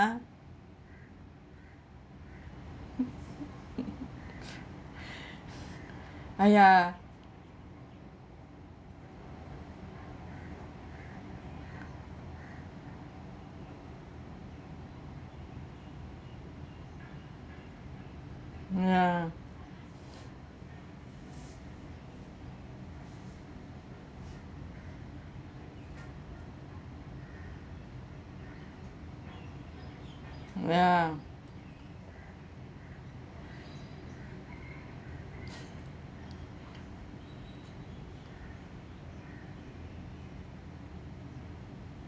!aiya! ya ya